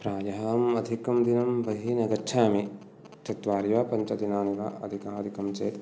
प्रायः अहम् अधिकं दिनं बहिः न गच्छामि चत्वारि वा पञ्चदिनानि वा अधिकाधिकं चेत्